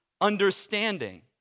understanding